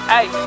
Hey